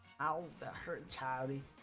aisle that her tiny